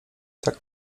tak